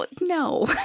No